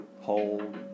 hold